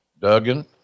Duggan